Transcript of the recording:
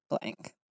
blank